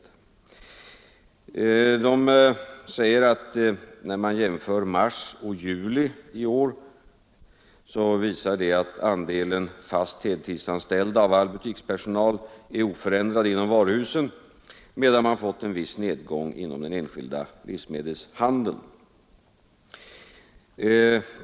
Nämnden säger att när man jämför mars och juli i år, visar det sig att andelen fast heltidsanställda av all butikspersonal är oförändrad inom varuhusen, medan man fått en viss nedgång inom den enskilda livsmedelshandeln.